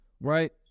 right